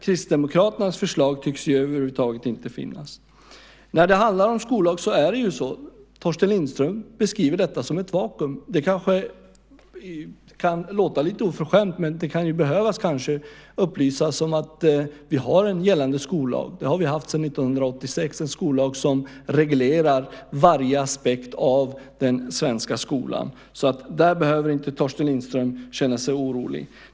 Kristdemokraternas förslag tycks över huvud taget inte finnas. Torsten Lindström beskriver det som ett vakuum. Det kanske kan låta lite oförskämt, men det kan kanske behöva upplysas om att vi har en gällande skollag. Det har vi haft sedan 1986, en skollag som reglerar varje aspekt av den svenska skolan. Där behöver Torsten Lindström inte känna sig orolig.